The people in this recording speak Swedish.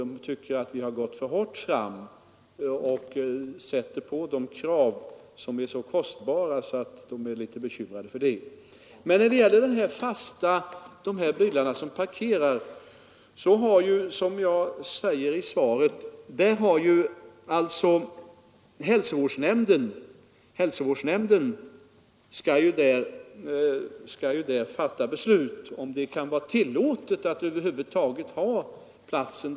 De tycker att vi har gått för hårt fram och sätter på dem krav som är så kostsamma att de blir litet bekymrade. När det gäller de bilar som parkerats är det, som jag sade i svaret, hälsovårdsnämnden som skall avgöra om det över huvud taget är tillåtet att använda parkeringsplatsen.